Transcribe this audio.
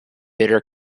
bitter